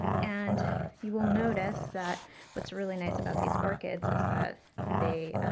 and you will notice that what's really nice about these orchids is that they,